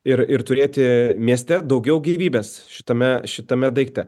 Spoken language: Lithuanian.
ir ir turėti mieste daugiau gyvybės šitame šitame daikte